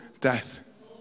death